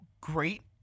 great